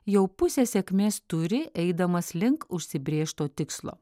jau pusę sėkmės turi eidamas link užsibrėžto tikslo